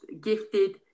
gifted